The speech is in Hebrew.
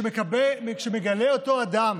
וכשמגלה אותו אדם